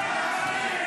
פחדנים.